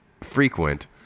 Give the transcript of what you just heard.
frequent